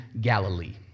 Galilee